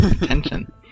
Attention